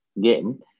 game